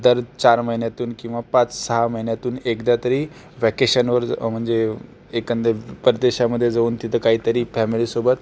दर चार महिन्यातून किंवा पाच सहा महिन्यातून एकदा तरी व्हॅकेशनवर म्हणजे एखाद्या परदेशामध्ये जाऊन तिथे काहीतरी फॅमिलीसोबत